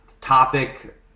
topic